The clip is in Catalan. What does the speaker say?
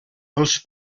els